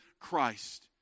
Christ